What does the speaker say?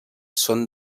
són